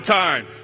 time